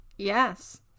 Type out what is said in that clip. Yes